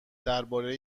درباره